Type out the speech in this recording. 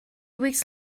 weeks